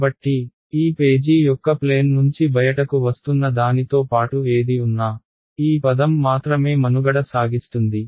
కాబట్టి ఈ పేజీ యొక్క ప్లేన్ నుంచి బయటకు వస్తున్న దానితో పాటు ఏది ఉన్నా ఈ పదం మాత్రమే మనుగడ సాగిస్తుంది